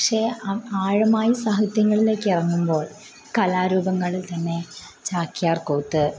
പക്ഷേ ആ ആഴമായി സാഹിത്യങ്ങളിലേക്കിറങ്ങുമ്പോൾ കലാരൂപങ്ങളിൽ തന്നെ ചാക്യാർകൂത്ത്